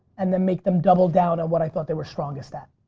and then make them double down on what i thought they were strongest at.